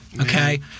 Okay